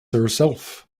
herself